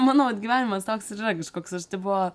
mano vat gyvenimas toks ir yra kožkoks tai buvo